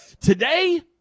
Today